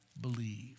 believe